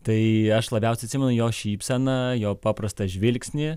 tai aš labiausiai atsimenu jo šypseną jo paprastą žvilgsnį